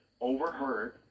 overheard